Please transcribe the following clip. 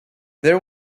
there